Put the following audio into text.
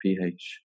pH